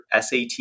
SAT